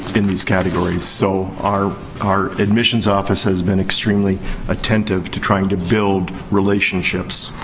in these categories. so, our our admissions office has been extremely attentive to trying to build relationships.